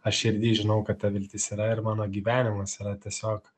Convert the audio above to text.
aš širdy žinau kad ta viltis yra ir mano gyvenimas yra tiesiog